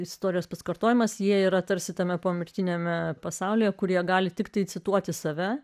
istorijos pasikartojimas jie yra tarsi tame pomirtiniame pasaulyje kurie gali tiktai cituoti save